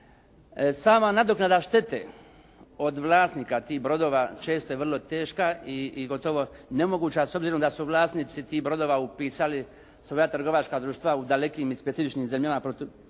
Sama nadoknada štete od vlasnika tih brodova često je vrlo teška i gotovo nemoguća s obzirom da su vlasnici tih brodova upisali svoja trgovačka društva u dalekim i specifičnim zemljama poput